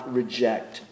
reject